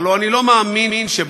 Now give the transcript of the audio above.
הלוא אני לא מאמין שבית-משפט